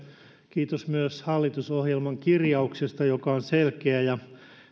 kiitos myös hallitusohjelman kirjauksesta joka on selkeä